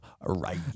Right